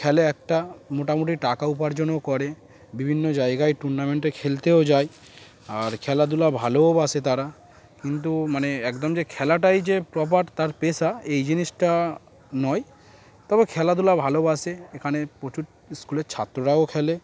খেলে একটা মোটামুটি টাকা উপার্জনও করে বিভিন্ন জায়গায় টুর্নামেন্টে খেলতেও যায় আর খেলাধুলা ভালোও বাসে তারা কিন্তু মানে একদম যে খেলাটাই যে প্রপার তার পেশা এই জিনিসটা নয় তবে খেলাধুলা ভালোবাসে এখানে প্রচুর স্কুলের ছাত্ররাও খেলে